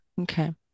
Okay